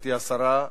גברתי השרה,